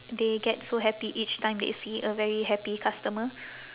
they get so happy each time they see a very happy customer